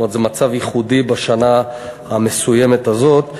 זאת אומרת, זה מצב ייחודי לשנה המסוימת הזאת.